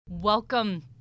Welcome